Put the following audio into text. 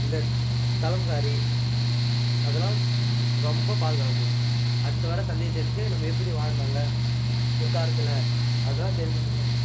இந்த கலம்காரி அதெல்லாம் ரொம்ப பார்த்துக்கணும் அடுத்து வர்ற சந்ததியருக்கு நம்ம எப்படி வாழ்ந்தாங்க ஒரு காலத்தில் அதெல்லாம் தெரிந்துகொள்வது அவசியம்